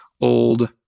old